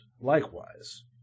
likewise